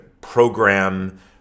program